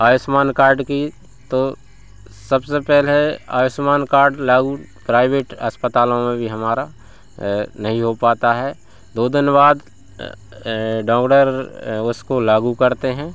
Ayushman card की तो सबसे पहले आयुष्मान कार्ड लागू प्राइवेट अस्पतालों में भी हमारा नहीं हो पाता है दो दिन बाद डउडर उसको लागू करते हैं